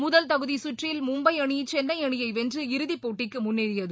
முதல் தகுதி குற்றில் மும்பை அணி சென்னை அணியை வென்று இறதி போட்டிக்கு முன்னேறியது